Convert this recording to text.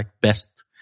best